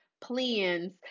plans